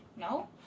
no